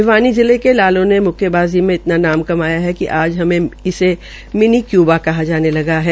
भिवानी जिले के लालों ने मुक्केबाज़ी में इतना नाम कमाया है कि आज इसे मिनी क्यूबा कहा जाने लगा है